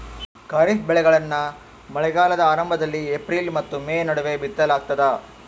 ಖಾರಿಫ್ ಬೆಳೆಗಳನ್ನ ಮಳೆಗಾಲದ ಆರಂಭದಲ್ಲಿ ಏಪ್ರಿಲ್ ಮತ್ತು ಮೇ ನಡುವೆ ಬಿತ್ತಲಾಗ್ತದ